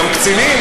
גם קצינים,